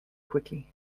quickly